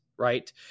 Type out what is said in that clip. Right